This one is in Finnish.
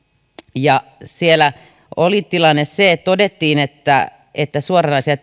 ja siellä oli tilanne se että todettiin että suoranaisista